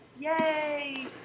yay